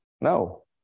No